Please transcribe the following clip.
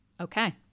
Okay